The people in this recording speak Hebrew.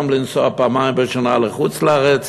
גם לנסוע פעמיים בשנה לחוץ-לארץ,